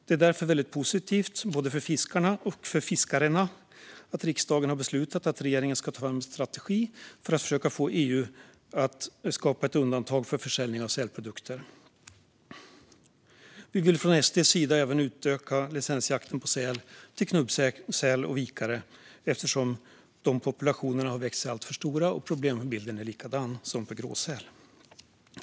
Det är därför positivt för både fiskar och fiskare att riksdagen har beslutat att regeringen ska ta fram en strategi för att försöka få EU att skapa ett undantag för försäljning av sälprodukter. Vi vill från SD:s sida även utöka licensjakten på säl till knubbsäl och vikare, eftersom även dessa populationer har växt sig alltför stora och problembilden är likadan som för gråsäl.